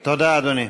תודה, אדוני.